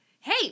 hey